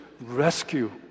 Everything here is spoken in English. rescue